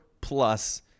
plus